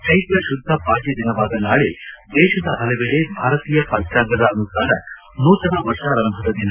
ಚೈತ್ರ ಶುದ್ಧ ಪಾಡ್ತ ದಿನವಾದ ನಾಳೆ ದೇಶದ ಪಲವೆಡೆ ಭಾರತೀಯ ಪಂಚಾಂಗದ ಅನುಸಾರ ನೂತನ ವರ್ಷಾರಂಭದ ದಿನ